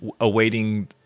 awaiting